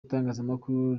itangazamakuru